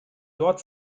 dort